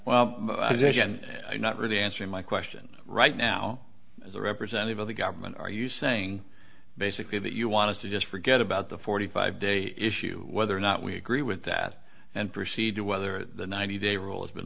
and not really answering my question right now as a representative of the government are you saying basically that you want to just forget about the forty five day issue whether or not we agree with that and proceed to whether the ninety day rule has been